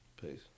Peace